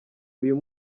uyu